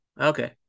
Okay